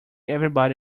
everybody